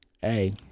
Hey